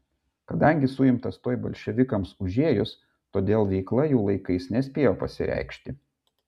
kadangi suimtas tuoj bolševikams užėjus todėl veikla jų laikais nespėjo pasireikšti